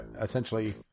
essentially